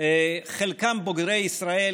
חלקם בוגרי ישראל,